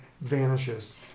vanishes